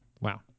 Wow